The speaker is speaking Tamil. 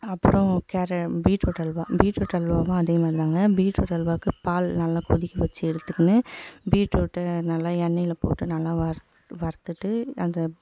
அப்பறம் பீட்ரூட் அல்வா பீட்ரூட் அல்வாவும் அதே மாதிரி தான்ங்க பீட்ரூட் அல்வாவுக்கு பால் நல்லா கொதிக்க வைச்சி எடுத்துக்கின்னு பீட்ரூட்டை நல்லா எண்ணெயில் போட்டு நல்லா வறுத்து வறுத்துவிட்டு அந்த